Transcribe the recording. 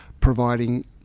providing